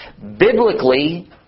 Biblically